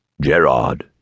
Gerard